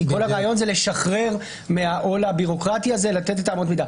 כי כל הרעיון לשחרר מהעול הביורוקרטי הזה ולתת את אמות מידה.